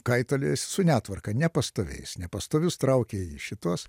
kaitaliojasi su netvarka nepastoviais nepastovius traukia į šituos